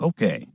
Okay